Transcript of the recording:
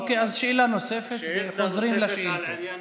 אוקיי, אז שאלה נוספת וחוזרים לשאילתות.